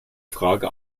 frage